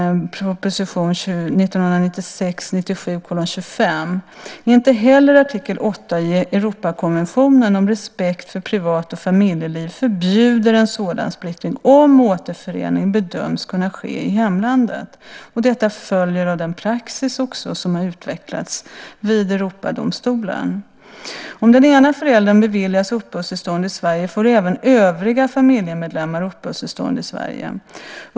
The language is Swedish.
Inte heller artikel 8 i Europakonventionen om respekt för privat och familjeliv förbjuder en sådan splittring, om återförening bedöms kunna ske i hemlandet. Detta följer också av den praxis som har utvecklats vid Europadomstolen. Om den ena föräldern beviljas uppehållstillstånd i Sverige får även övriga familjemedlemmar uppehållstillstånd i Sverige.